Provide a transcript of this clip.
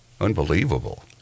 Unbelievable